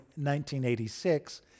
1986